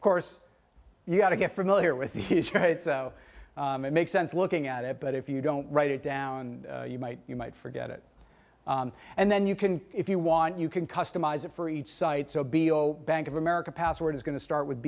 of course you've got to get familiar with the make sense looking at it but if you don't write it down you might you might forget it and then you can if you want you can customize it for each site's o b o bank of america password is going to start would